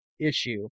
issue